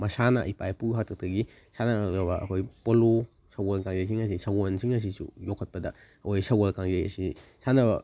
ꯃꯁꯥꯟꯅ ꯏꯄꯥ ꯏꯄꯨ ꯍꯥꯛꯇꯛꯇꯒꯤ ꯁꯥꯟꯅꯔꯛꯂꯕ ꯑꯩꯈꯣꯏ ꯄꯣꯂꯣ ꯁꯒꯣꯜ ꯀꯥꯡꯖꯩꯁꯤꯡ ꯑꯁꯤ ꯁꯒꯣꯜꯁꯤꯡ ꯑꯁꯤꯁꯨ ꯌꯣꯛꯈꯠꯄꯗ ꯑꯩꯈꯣꯏ ꯁꯒꯣꯜ ꯀꯥꯡꯖꯩ ꯑꯁꯤ ꯁꯥꯟꯅꯕ